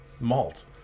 malt